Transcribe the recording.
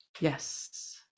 Yes